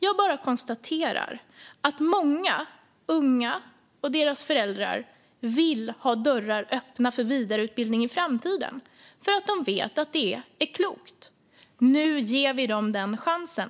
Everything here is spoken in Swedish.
Jag bara konstaterar att många unga och deras föräldrar vill ha dörrar öppna för vidareutbildning i framtiden för att de vet att det är klokt. Nu ger vi dem den chansen.